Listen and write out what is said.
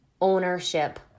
ownership